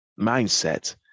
mindset